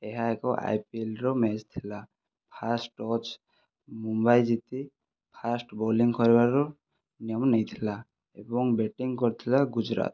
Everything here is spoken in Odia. ଏହା ଏକ ଆଇପିଏଲର ମ୍ୟାଚ ଥିଲା ଫାଷ୍ଟ ଟଚ ମୁମ୍ବାଇ ଜିତି ଫାଷ୍ଟ ବୋଲିଂ କରିବାର ନିୟମ ନେଇଥିଲା ଏବଂ ବ୍ୟାଟିଂ କରିଥିଲା ଗୁଜୁରାଟ